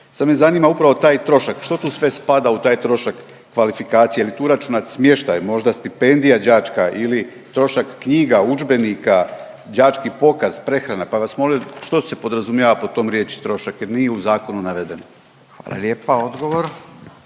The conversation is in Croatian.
Sad me zanima upravo taj trošak. Što tu sve spada u taj trošak kvalifikacije je li tu uračunat smještaj, možda stipendija đačka ili trošak knjiga, udžbenika, đački pokaz, prehrana, pa bih vas molio što se podrazumijeva pod tom riječi trošak jer nije u zakonu navedeno. **Radin, Furio